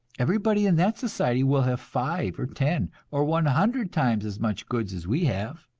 everybody in that society will have five or ten or one hundred times as much goods as we have.